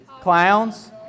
clowns